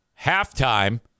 Halftime